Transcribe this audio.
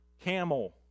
camel